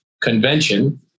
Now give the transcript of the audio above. convention